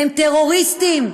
הם טרוריסטים.